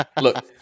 Look